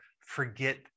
forget